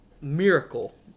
miracle